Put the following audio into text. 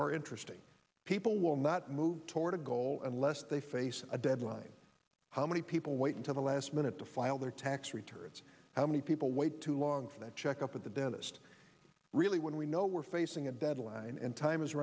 or interesting people will not move toward a goal unless they face a deadline how many people wait until the last minute to file their tax returns how many people wait too long for that check up at the dentist really when we know we're facing a deadline and time is